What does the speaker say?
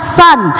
son